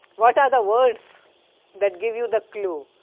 what are the words that give you the clue?